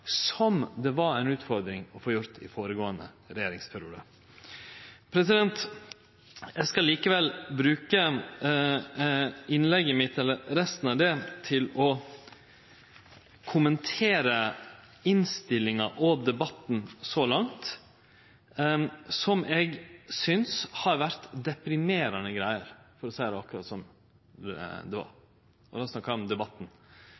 regjeringa, som var ei utfordring å få gjort i den føregåande regjeringsperioden. Eg skal likevel bruke resten av innlegget mitt til å kommentere innstillinga og debatten så langt, som eg synest har vore deprimerande greier, for å seie det akkurat som det er – og då snakkar eg om debatten.